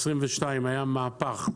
ב-2022 היה מהפך: